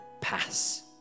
pass